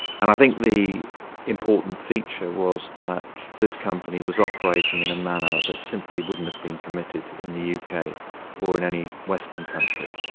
and i think the important feature was that this company was operating in a manner that simply wouldn't have been permitted in the yeah uk, or in any western country.